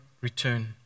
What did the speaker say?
return